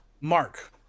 Mark